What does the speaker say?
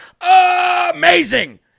amazing